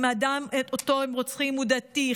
אם האדם שהם רוצחים הוא דתי,